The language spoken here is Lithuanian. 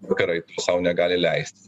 vakarai sau negali leisti